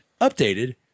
updated